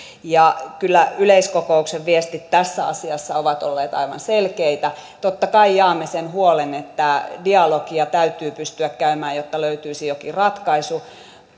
kyllä yleiskokouksen viestit tässä asiassa ovat olleet aivan selkeitä totta kai jaamme sen huolen että dialogia täytyy pystyä käymään jotta löytyisi jokin ratkaisu